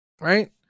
right